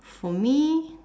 for me